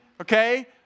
okay